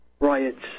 riots